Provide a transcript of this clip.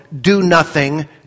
do-nothing